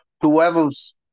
whoever's